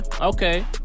okay